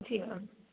जी ma'am